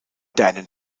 deinen